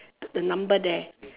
the number there